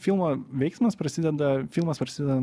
filmo veiksmas prasideda filmas prasida